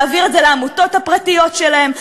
להעביר את זה לעמותות הפרטיות שלהם,